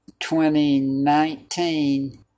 2019